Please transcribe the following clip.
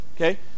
okay